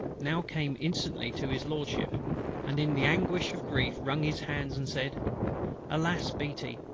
now came instantly to his lordship and in the anguish of grief wrung his hands, and said alas, beatty,